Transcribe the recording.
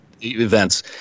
events